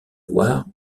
loir